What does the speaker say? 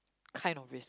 kind of risk